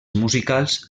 musicals